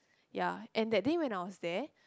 ya and that day when I was there